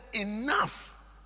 enough